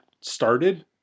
started